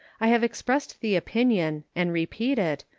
i have expressed the opinion, and repeat it,